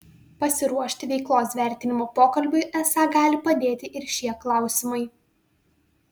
pasiruošti veiklos vertinimo pokalbiui esą gali padėti ir šie klausimai